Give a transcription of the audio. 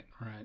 right